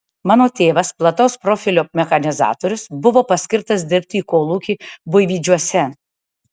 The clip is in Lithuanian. mano tėvas plataus profilio mechanizatorius buvo paskirtas dirbti į kolūkį buivydžiuose